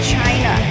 China